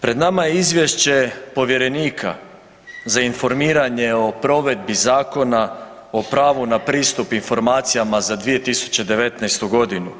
Pred nama je Izvješće povjerenika za informiranje o provedbi Zakona o pravu na pristup informacijama za 2019. godinu.